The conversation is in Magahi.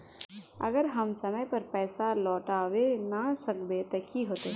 अगर हम समय पर पैसा लौटावे ना सकबे ते की होते?